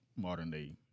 modern-day